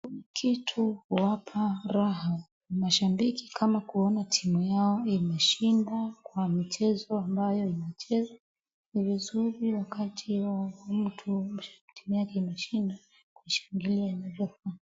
Kitu huwapa raha mashabiki, kama kuona timu yao imeshinda, kwa michezo ambayo inachezwa. Ni vizuri wakati huo mtu, timu yake imeshinda kushangilia.